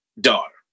daughter